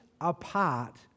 apart